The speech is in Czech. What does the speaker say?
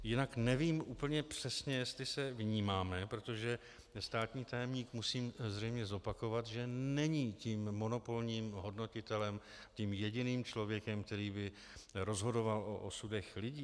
Jinak nevím úplně přesně, jestli se vnímáme, protože státní tajemník, musím zřejmě zopakovat, není tím monopolním hodnotitelem, tím jediným člověkem, který by rozhodoval o osudech lidí.